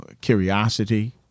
curiosity